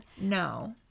No